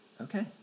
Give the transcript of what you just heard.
okay